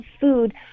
food